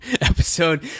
episode